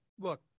look